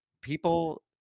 people